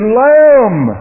lamb